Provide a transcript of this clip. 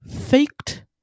faked